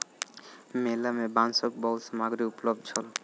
मेला में बांसक बहुत सामग्री उपलब्ध छल